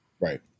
Right